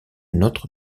notre